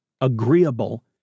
agreeable